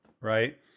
Right